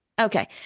Okay